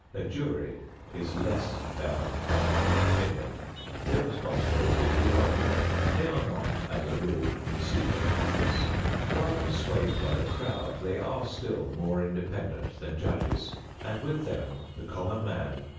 a jury is less bound by public opinion their responsibility is divided they are not as a rule seeking office while swayed by the crowd they are still more independent than judges and with them the common man,